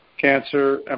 cancer